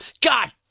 God